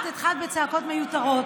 את התחלת בצעקות מיותרות.